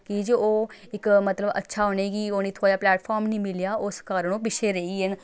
की जे ओह् इक मतलब अच्छा उ'नेंगी ओह् निं थ्होएआ प्लैटफार्म निं मिलेआ उस कारण ओह् पिच्छें रेही गे न